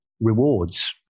rewards